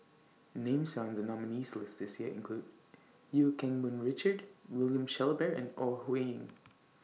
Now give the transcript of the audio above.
Names found in The nominees' list This Year include EU Keng Mun Richard William Shellabear and Ore Huiying